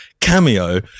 cameo